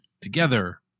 together